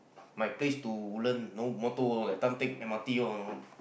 my place to Woodland no motor like can't take M_R_T lor